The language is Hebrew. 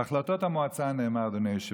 בהחלטות המועצה נאמר, אדוני היושב-ראש: